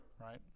right